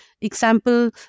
example